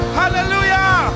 hallelujah